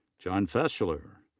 john fesler.